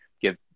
give